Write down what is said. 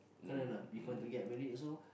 correct or not before to get married also